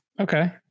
okay